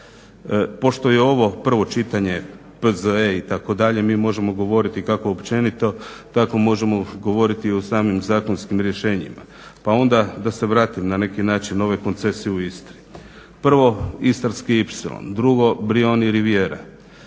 Pošto je ovo prvo čitanje P.Z.E. itd. mi možemo govoriti kako općenito, tako možemo govoriti i o samim zakonskim rješenjima, pa onda da se vratim na neki način na ove koncesije u Istri. Prvo, Istarski ipsilon, drugo "Brijuni riviera",